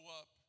up